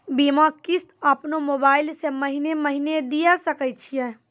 बीमा किस्त अपनो मोबाइल से महीने महीने दिए सकय छियै?